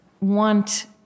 want